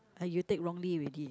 ah you take wrongly already